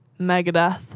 Megadeth